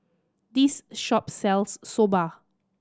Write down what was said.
this shop sells Soba